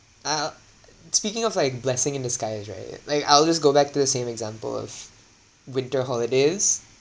uh speaking of like blessing in disguise right like I'll just go back to the same example of winter holidays